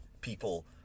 people